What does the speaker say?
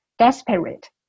desperate